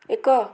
ଏକ